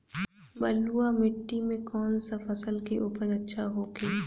बलुआ मिट्टी में कौन सा फसल के उपज अच्छा होखी?